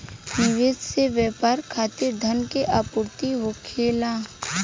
निवेश से व्यापार खातिर धन के आपूर्ति होखेला